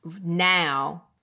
now